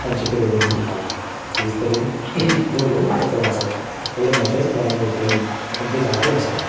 तांचे कडेन व्हरून दितालो तेंच तरेन जर वोलो कचरो आसत जाल्या म्हज्याच घरा भोवतणी आमचो जागो आसा